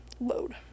Load